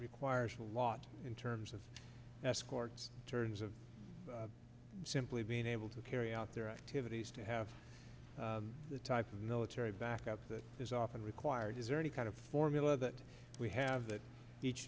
requires a lot in terms of escorts turns of simply being able to carry out their activities to have the type of military backup that is often required is there any kind of formula that we have that each